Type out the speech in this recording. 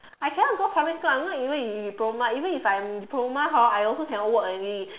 I cannot go public school I'm not even in diploma even I'm in diploma hor I also cannot work already